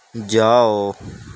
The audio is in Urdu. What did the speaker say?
جاؤ